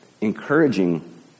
Encouraging